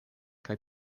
kaj